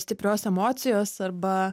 stiprios emocijos arba